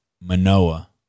Manoa